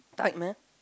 tight man